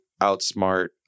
outsmart